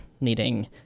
needing